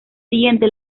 siguiente